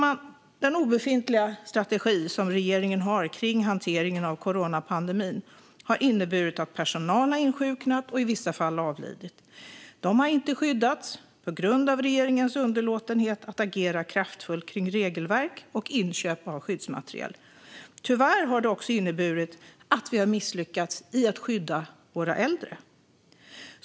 Regeringens obefintliga strategi kring hanteringen av coronapandemin har inneburit att personal har insjuknat och i vissa fall avlidit. De har inte skyddats på grund av regeringens underlåtenhet att agera kraftfullt kring regelverk och inköp av skyddsmaterial. Tyvärr har det också inneburit att vi har misslyckats med att skydda våra äldre.